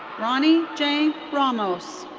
ronni jane ramos.